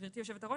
גברתי היושבת-ראש,